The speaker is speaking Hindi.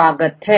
अंतर है